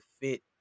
fit